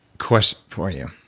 question for you.